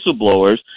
whistleblowers